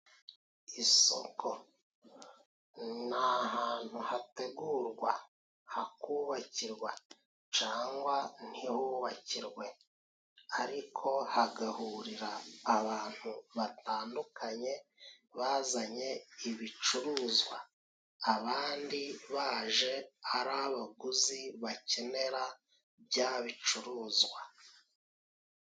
Isoko ni ahantu hategurwa, hakubakirwa cangwa ntihubakirwe, ariko hagahurira abantu batandukanye bazanye ibicuruzwa, abandi baje ari abaguzi bakenera bya bicuruzwa.